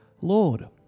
Lord